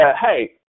hey